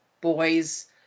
boys